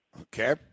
Okay